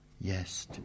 yes